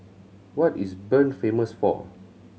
what is Bern famous for